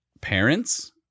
parents